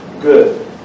good